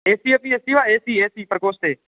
ए C अपि अस्ति वा ए सी ए सी प्रकोष्ठे